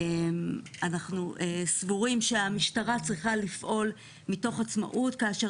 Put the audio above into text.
אנחנו סבורים שהמשטרה צריכה לפעול מתוך עצמאות כאשר